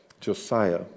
Josiah